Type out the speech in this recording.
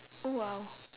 oh !wow!